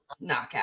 knockout